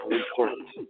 important